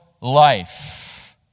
life